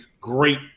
great